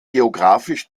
geographisch